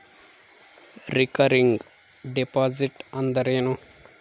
Recurring deposit ಅಂದರೇನು?